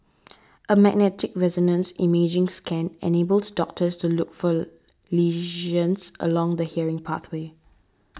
a magnetic resonance imaging scan enables doctors to look for lesions along the hearing pathway